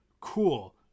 cool